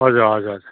हजुर हजुर हजुर